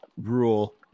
rule